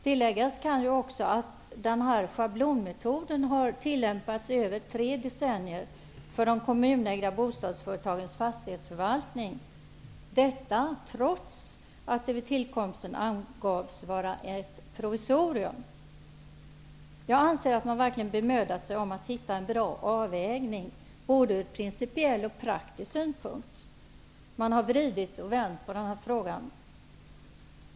Tilläggas kan också att schablonmetoden har tillämpats för de kommunägda bostadsföretagens fastighetsförvaltning i över tre decennier, och detta trots att den vid tillkomsten angavs vara ett provisorium. Jag anser att man verkligen har bemödat sig om att hitta en bra avvägning, ur både principiell och praktisk synpunkt. Man har vridit och vänt på den här frågan.